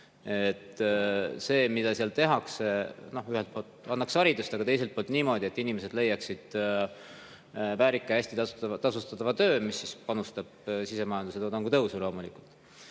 See, mida seal tehakse: ühelt poolt antakse haridus, aga teiselt poolt niimoodi, et inimesed leiaksid väärika, hästi tasustatud töö, mis panustab sisemajanduse toodangu tõusu loomulikult.